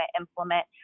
implement